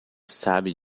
sabe